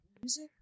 music